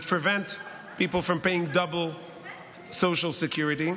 that prevent people from paying double social security.